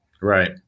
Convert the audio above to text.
Right